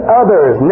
others